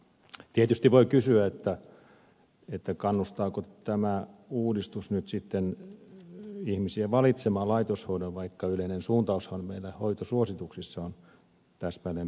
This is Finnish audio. tietysti voi kysyä kannustaako tämä uudistus nyt sitten ihmisiä valitsemaan laitoshoidon vaikka yleinen suuntaushan meillä hoitosuosituksissa on täsmälleen päinvastainen